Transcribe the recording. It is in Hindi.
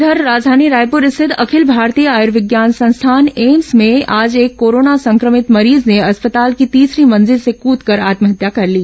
इधर राजधानी रायपुर स्थित अखिल भारतीय आयुर्विज्ञान संस्थान एम्स में आज एक कोरोना संक्रमित मरीज ने अस्पताल की तीसरी मंजिल से कृदकर आत्महत्या कर ली